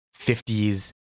50s